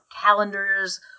calendars